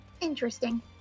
Interesting